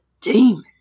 demon